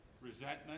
Resentment